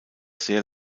sehr